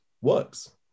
works